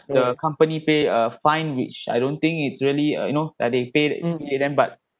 the company pay a fine which I don't think it's really uh you know yeah they pay but